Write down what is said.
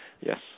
Yes